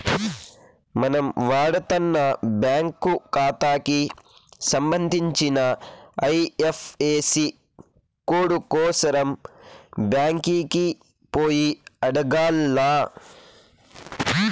మనం వాడతన్న బ్యాంకు కాతాకి సంబంధించిన ఐఎఫ్ఎసీ కోడు కోసరం బ్యాంకికి పోయి అడగాల్ల